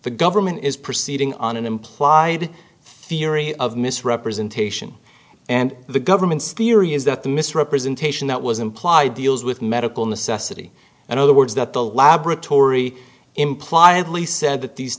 the government is proceeding on an implied theory of misrepresentation and the government's theory is that the misrepresentation that was implied deals with medical necessity and other words that the laboratory imply at least said that these